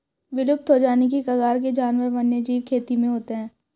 विलुप्त हो जाने की कगार के जानवर वन्यजीव खेती में होते हैं